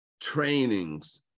trainings